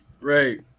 right